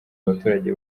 abaturage